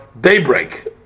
daybreak